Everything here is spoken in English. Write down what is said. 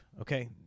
okay